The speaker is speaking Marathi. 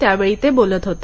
त्यावेळी ते बोलत होते